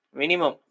minimum